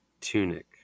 tunic